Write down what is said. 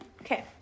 okay